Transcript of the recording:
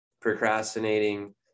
procrastinating